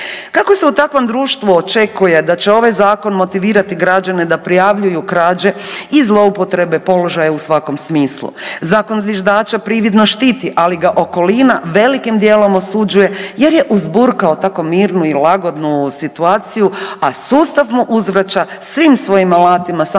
Kako se u takvom društvu očekuje da će ovaj zakon motivirati građane da prijavljuju krađe i zloupotrebe položaja u svakom smislu? Zakon zviždača prividno štiti, ali ga okolina velikim dijelom osuđuje jer je uzburkao tako mirnu i lagodnu situaciju, a sustav mu uzvraća svim svojim alatima, samo